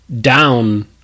down